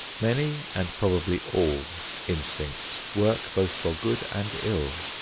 many and probably all instincts work both for good and ill.